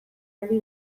aldi